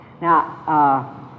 Now